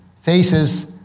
faces